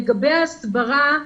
לגבי הסברה.